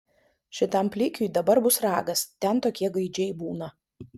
šitam plikiui dabar bus ragas ten tokie gaidžiai būna